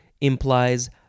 implies